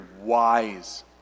wise